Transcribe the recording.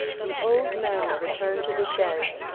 the old man returned to the chaise,